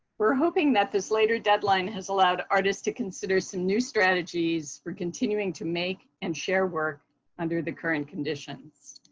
we're hoping that this later deadline has allowed artists to consider some new strategies for continuing to make and share work under the current conditions.